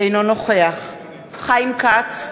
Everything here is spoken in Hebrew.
אינו נוכח חיים כץ,